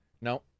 no